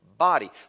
body